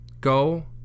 go